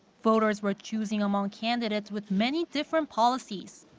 voters were choosing among candidates with many different policies.